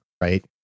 Right